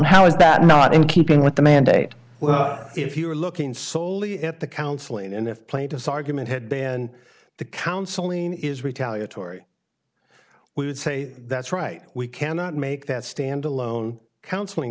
how is that not in keeping with the mandate well if you are looking solely at the counseling and if plaintiff's argument had been the counseling is retaliatory we would say that's right we cannot make that standalone counseling